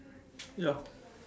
ya